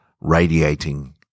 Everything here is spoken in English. radiating